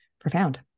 profound